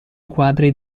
quadri